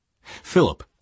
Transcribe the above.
Philip